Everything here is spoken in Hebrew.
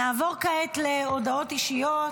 נעבור כעת להודעות אישיות.